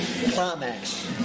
climax